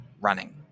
running